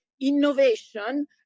innovation